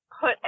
put